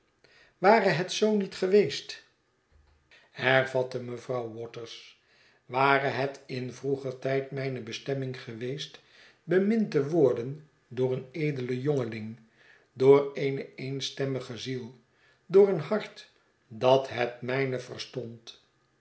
ware het zoo niet geweest hervatte mevrouw waters ware het in vroeger tijd mijne bestemming geweest bemind te worden door een edelen jongeling door eene eenstemmige ziel door een hart dat het mijne verstond